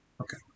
Okay